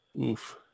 oof